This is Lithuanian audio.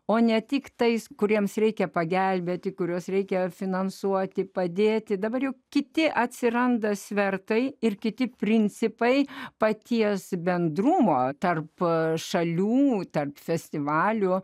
o ne tik tais kuriems reikia pagelbėti kuriuos reikia finansuoti padėti dabar jau kiti atsiranda svertai ir kiti principai paties bendrumo tarp šalių tarp festivalių